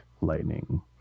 Lightning